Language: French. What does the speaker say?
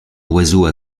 oiseau